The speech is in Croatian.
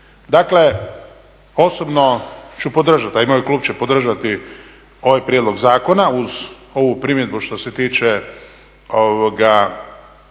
Dakle, osobno ću podržati, a i moj klub će podržati ovaj prijedlog zakona uz ovu primjedbu što se tiče